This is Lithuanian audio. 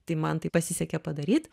tai man tai pasisekė padaryt